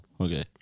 okay